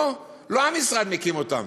לא המשרד מקים אותם.